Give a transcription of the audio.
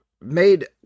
made